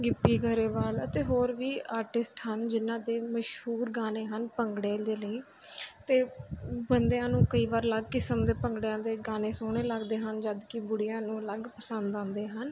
ਗਿੱਪੀ ਗਰੇਵਾਲ ਅਤੇ ਹੋਰ ਵੀ ਆਰਟਿਸਟ ਹਨ ਜਿਹਨਾਂ ਦੇ ਮਸ਼ਹੂਰ ਗਾਣੇ ਹਨ ਭੰਗੜੇ ਦੇ ਲਈ ਅਤੇ ਬੰਦਿਆਂ ਨੂੰ ਕਈ ਵਾਰ ਅਲੱਗ ਕਿਸਮ ਦੇ ਭੰਗੜੇ ਦੇ ਗਾਣੇ ਸੋਹਣੇ ਲੱਗਦੇ ਹਨ ਜਦੋਂ ਕਿ ਬੁੱਢੀਆਂ ਨੂੰ ਅਲੱਗ ਪਸੰਦ ਆਉਂਦੇ ਹਨ